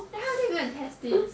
how are they going to test this